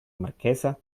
marchesa